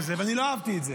אני לא אהבתי את זה.